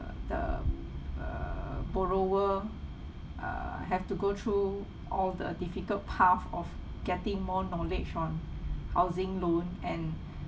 the err borrower err have to go through all the difficult path of getting more knowledge on housing loan and